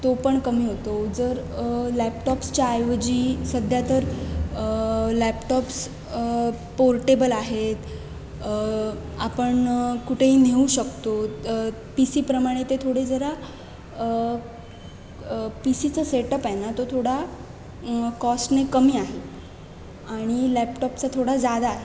तो पण कमी होतो जर लॅपटॉपच्या ऐवजी सध्या तर लॅपटॉप्स पोर्टेबल आहेत आपण कुठेही नेऊ शकतो पी सी प्रमाणे ते थोडे जरा पी सी चा सेटअप आहे ना तो थोडा कॉस्टने कमी आहे आणि लॅपटॉपचा थोडा जादा आहे